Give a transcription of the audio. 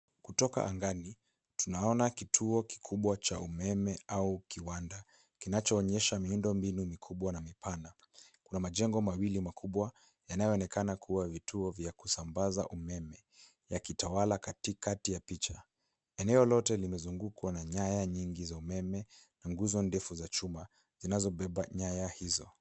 Kutoka angani tunaona kituo kikubwa cha umeme au kiwanda kinacho onyesha miundo mbinu mikubwa na mipana. Kuna majengo mawili makubwa yanayo onekana kuwa vitio vya kusambaza umeme yakitawala katikati ya picha. Eneo lote limezungukwa na nyaya nyingi za umeme na nguzo ndefu za chuma zinazo beba nyaya hizo.